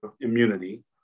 immunity